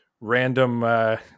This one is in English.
random